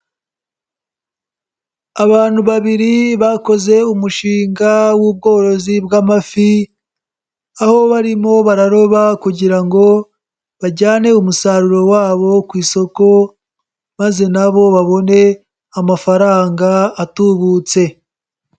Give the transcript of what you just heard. Abantu babiri bakoze umushinga w'ubworozi bw'amafi, aho barimo bararoba kugira ngo bajyane umusaruro wabo ku isoko maze na bo babone amafaranga atubutse.